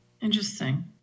Interesting